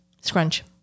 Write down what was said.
Scrunch